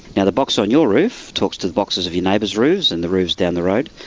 and the box on your roof talks to the boxes of your neighbours' roofs and the roofs down the road,